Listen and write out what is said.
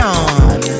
on